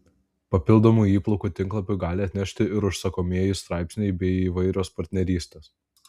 papildomų įplaukų tinklalapiui gali atnešti ir užsakomieji straipsniai bei įvairios partnerystės